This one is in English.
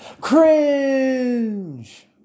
cringe